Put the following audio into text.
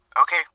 Okay